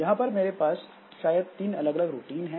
यहां पर मेरे पास शायद तीन अलग अलग रूटीन है